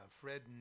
Fred